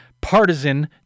Partisan